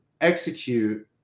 execute